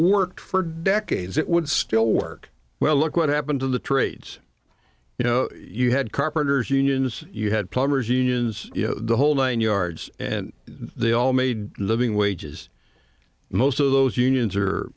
worked for decades it would still work well look what happened to the trades you know you had carpenters unions you had plumbers unions you know the whole nine yards and they all made living wages most of those unions are